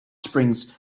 springs